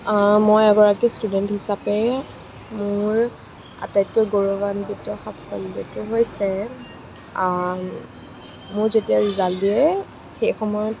মই এগৰাকী ষ্টুডেন্ট হিচাপে মোৰ আটাইতকৈ গৌৰৱান্বিত সাফল্যটো হৈছে মোৰ যেতিয়া ৰিজাল্ট দিয়ে সেইসময়ত